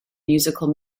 musical